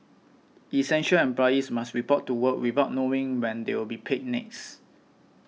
essential employees must report to work without knowing when they'll be paid next